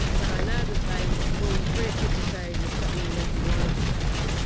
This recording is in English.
but i know that they will very quickly say there's something mentally wrong with this person.